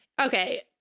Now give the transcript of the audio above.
Okay